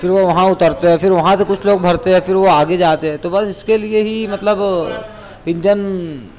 پھر وہ وہاں اترتے ہیں پھر وہاں سے کچھ لوگ بھرتے ہیں پھر وہ آگے جاتے ہیں تو بس اس کے لیے ہی مطلب انجن